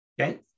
Okay